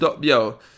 yo